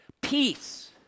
Peace